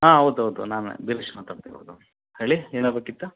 ಹಾಂ ಹೌದೌದು ನಾನೇ ಗಿರೀಶ್ ಮಾತಾಡ್ತಿರೋದು ಹೇಳಿ ಏನಾಗಬೇಕಿತ್ತು